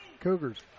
Cougars